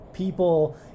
People